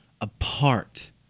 apart